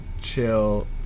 chill